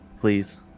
please